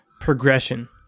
progression